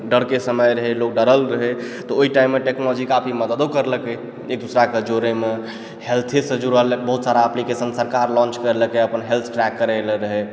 डरके समय रहय लोग डरल रहय तऽ ओहि टाइममे टेक्नोलॉजी काफी मददो करलकय एक दूसराकऽ जोड़यमऽ हेल्थेसँ जुड़ल बहुत सारा एप्लिकेशन सरकार लॉन्च करलकय अपन हेल्थ ट्रेक करय लऽ रहय